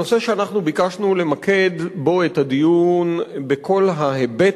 הנושא שביקשנו למקד בו את הדיון בכל ההיבט